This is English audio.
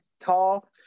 call